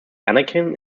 anakin